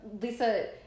lisa